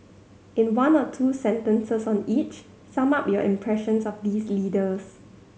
in one or two sentences on each sum up your impressions of these leaders